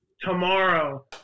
tomorrow